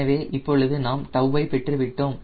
எனவே இப்பொழுது நாம் 𝜏 ஐ பெற்றுவிட்டோம்